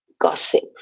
Gossip